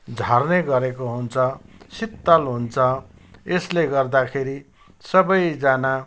झर्ने गरेको हुन्छ शीतल हुन्छ यसले गर्दाखेरि सबैजना